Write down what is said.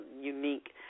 unique